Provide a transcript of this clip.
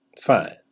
fine